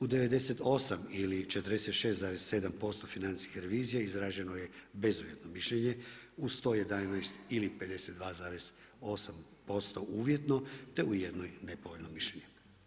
U 98 ili 46,7% financijskih revizija, izraženo je bezuvjetno mišljenje uz 111 ili 52,8% uvjetno, te u jednoj nepovoljno mišljenje.